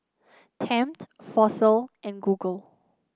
Tempt Fossil and Google